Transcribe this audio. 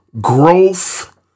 growth